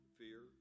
fear